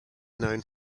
known